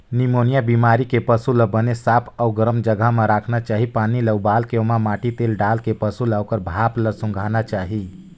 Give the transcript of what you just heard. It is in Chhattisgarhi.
निमोनिया बेमारी के पसू ल बने साफ अउ गरम जघा म राखना चाही, पानी ल उबालके ओमा माटी तेल डालके पसू ल ओखर भाप ल सूंधाना चाही